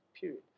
Period